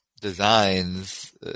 designs